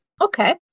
Okay